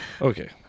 Okay